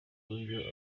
uburyo